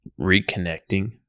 reconnecting